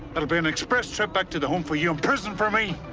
will be an express trip back to the home for you and prison for me.